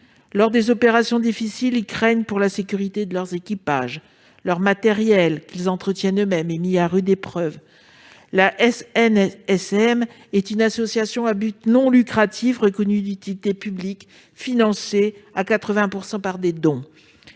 Lors d'opérations difficiles, ils craignent pour la sécurité de leur équipage. Leur matériel, qu'ils entretiennent eux-mêmes, est mis à rude épreuve. La SNSM est une association à but non lucratif reconnue d'utilité publique, financée à 80 % par des dons.